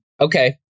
Okay